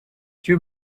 two